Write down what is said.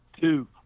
two